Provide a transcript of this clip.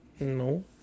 No